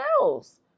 else